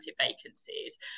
vacancies